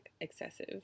excessive